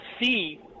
see